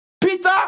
Peter